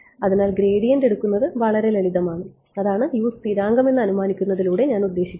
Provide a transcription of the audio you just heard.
അതിനാൽ ഗ്രേഡിയന്റ് എടുക്കുന്നത് വളരെ ലളിതമാണ് അതാണ് സ്ഥിരാങ്കമാണെന്ന് അനുമാനിക്കുന്നതിലൂടെ ഞാൻ ഉദ്ദേശിക്കുന്നത്